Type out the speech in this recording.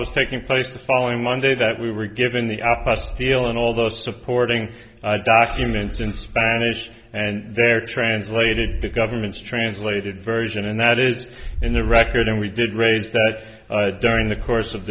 was taking place the following monday that we were given the after us deal and all those supporting documents in spanish and there translated the government's translated version and that is in the record and we did raise that during the course of